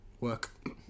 work